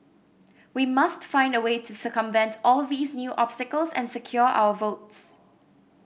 we must find a way to circumvent all these new obstacles and secure our votes